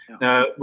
Now